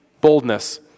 Boldness